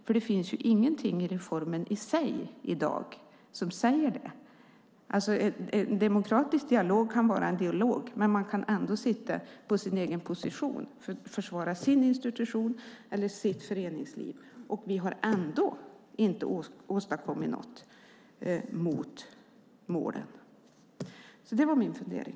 För det finns i dag ingenting i reformen i sig som säger det. En demokratisk dialog kan vara en dialog, men man kan ändå sitta på sin egen position och försvara sin institution eller sitt föreningsliv, och så har vi inte åstadkommit något mot målen. Det var min fundering.